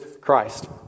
Christ